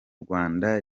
rwanda